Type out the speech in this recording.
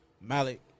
Malik